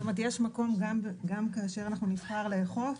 זאת אומרת, גם כאשר אנחנו נבחר לאכוף,